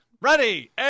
ready